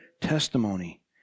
testimony